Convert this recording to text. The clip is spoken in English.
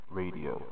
radio